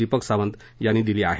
दीपक सावंत यांनी दिली आहे